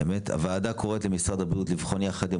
הוועדה קוראת למשרד הבריאות לבחון יחד עם